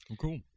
Cool